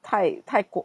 太太过